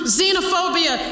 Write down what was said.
xenophobia